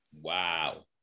Wow